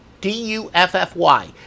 D-U-F-F-Y